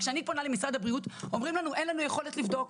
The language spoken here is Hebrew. וכשאני פונה למשרד הבריאות אומרים לנו 'אין לנו יכולת לבדוק,